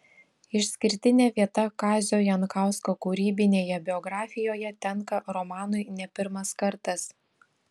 išskirtinė vieta kazio jankausko kūrybinėje biografijoje tenka romanui ne pirmas kartas